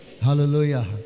Hallelujah